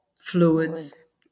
fluids